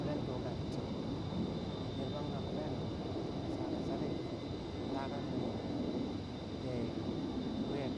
Kulen dukar, nirbanka kulen, chaka charik, taka ka nini te bwiye,